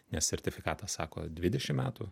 nes sertifikatas sako dvidešim metų